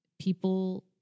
People